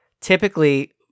typically